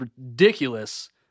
ridiculous